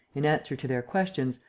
in answer to their questions,